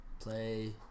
Play